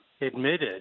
admitted